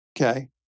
okay